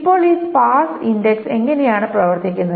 ഇപ്പോൾ ഈ sparse index എങ്ങനെയാണ് പ്രവർത്തിക്കുന്നത്